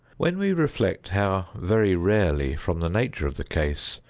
when we reflect how very rarely, from the nature of the case,